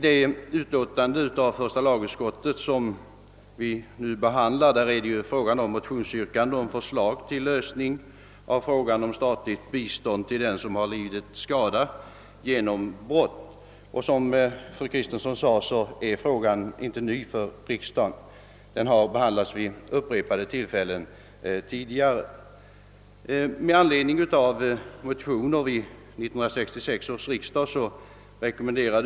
Det utlåtande från första lagutskottet som vi nu behandlar gäller motionsyrkanden om förslag till lösning av frågan om statligt bistånd till den som har lidit skada genom brott. Som fru Kristensson nämnde är frågan inte ny för riksdagen; den har behadlats tidigare vid upprepade tillfällen.